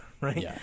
right